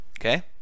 Okay